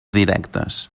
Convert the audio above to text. directes